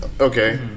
okay